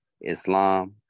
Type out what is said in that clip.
Islam